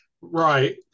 Right